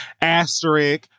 asterisk